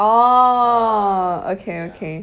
orh okay okay